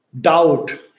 doubt